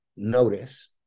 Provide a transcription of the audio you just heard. notice